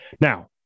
Now